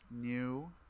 New